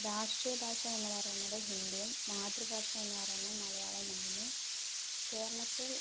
രാഷ്ട്രീയ ഭാഷ എന്ന് പറയുന്നത് ഹിന്ദിയും മാതൃഭാഷ എന്ന് പറയുന്നത് മലയാളവുമാകുന്നു കേരളത്തിൽ